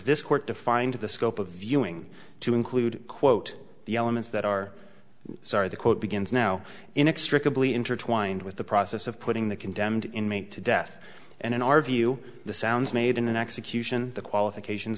this court defined the scope of viewing to include quote the elements that are sorry the quote begins now inextricably intertwined with the process of putting the condemned inmate to death and in our view the sounds made in an execution the qualifications